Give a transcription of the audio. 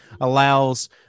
allows